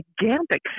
gigantic